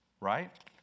Right